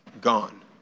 gone